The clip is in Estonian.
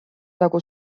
nagu